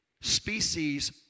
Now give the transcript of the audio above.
Species